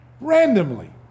randomly